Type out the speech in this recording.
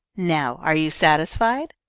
now are you satisfied?